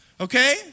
okay